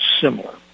similar